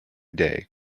day